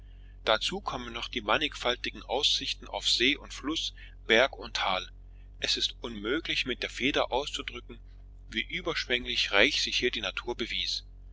dazu kommen noch die mannigfaltigen aussichten auf see und fluß berg und tal es ist unmöglich mit der feder auszudrücken wie überschwänglich reich sich hier die natur bewies